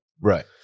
Right